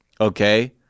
Okay